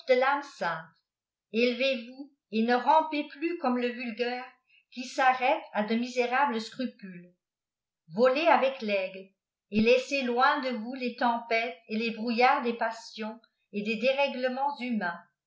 lileveî vuns et ne rampesi plus comme ip vulgaire qui sarrête à de misérables scrupules volez avec raille et laiss k in de vous les tempêtes et lés brouillards des passions et des dérèglements humainîj